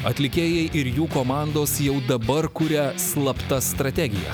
atlikėjai ir jų komandos jau dabar kuria slaptas strategijas